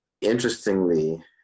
Interestingly